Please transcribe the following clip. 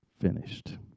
finished